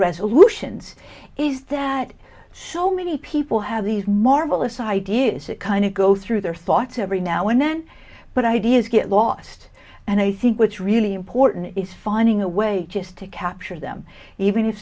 resolutions is that so many people have these marvelous ideas that kind of go through their thoughts every now and then but ideas get lost and i think what's really important is finding a way just to capture them even if